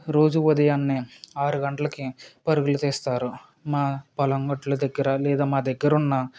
రోజు ఉదయం ఆరు గంటలకి పరుగులు తీస్తారు మా పొలం గట్ల దగ్గర లేదా మా దగ్గర ఉన్న